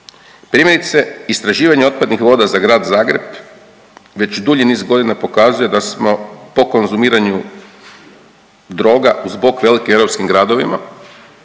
Primjerice, istraživanje otpadnih voda za grad Zagreb već dulji niz godina pokazuje da smo po konzumiranju droga uz bok velikim europskim gradovima,